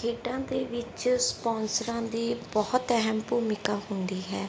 ਖੇਡਾਂ ਦੇ ਵਿੱਚ ਸਪੋਂਸਰਾਂ ਦੀ ਬਹੁਤ ਅਹਿਮ ਭੂਮਿਕਾ ਹੁੰਦੀ ਹੈ